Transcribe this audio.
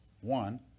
one